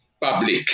public